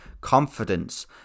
confidence